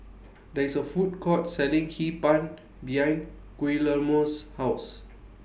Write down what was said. There IS A Food Court Selling Hee Pan behind Guillermo's House